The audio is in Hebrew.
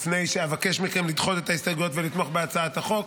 לפני שאבקש מכם לדחות את ההסתייגויות ולתמוך בהצעת החוק,